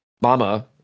Mama